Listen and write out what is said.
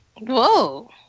Whoa